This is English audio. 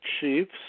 Chiefs